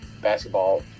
basketball